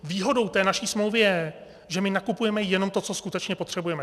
Výhodou té naší smlouvy je, že nakupujeme jenom to, co skutečně potřebujeme.